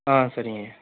ஆ சரிங்க